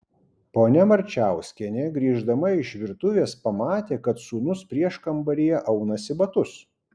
ponia marčiauskienė grįždama iš virtuvės pamatė kad sūnus prieškambaryje aunasi batus